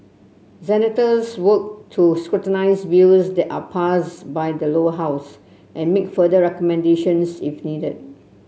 senators work to scrutinise bills that are passed by the Lower House and make further recommendations if needed